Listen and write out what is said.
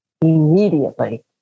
immediately